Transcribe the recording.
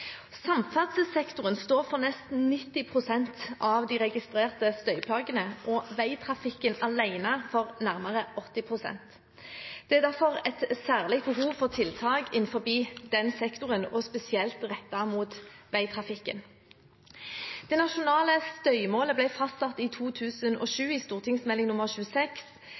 Samferdselssektoren står for nesten 90 pst. av de registrerte støyplagene og veitrafikken alene for nærmere 80 pst. Det er derfor et særlig behov for tiltak innenfor den sektoren og spesielt rettet mot veitrafikken. Det nasjonale støymålet ble fastsatt i 2007, i St.meld. nr. 26